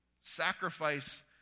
sacrifice